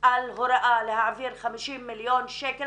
על הוראה להעביר 40 מיליון שקל